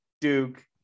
Duke